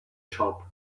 shop